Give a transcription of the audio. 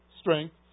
strength